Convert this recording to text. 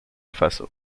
faso